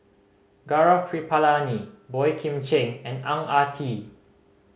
Gaurav Kripalani Boey Kim Cheng and Ang Ah Tee